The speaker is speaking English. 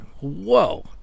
whoa